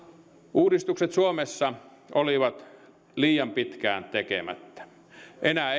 uudistukset suomessa olivat liian pitkään tekemättä enää